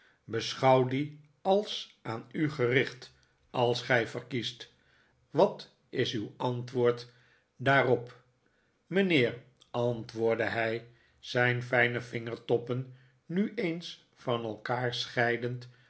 die als aan u gericht als gij verkiest wat is iiw antwoord daarop mijnheer antwoordde hij zijn fijne vingertoppen nu eens van elkaar scheidend